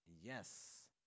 Yes